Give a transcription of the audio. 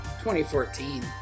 2014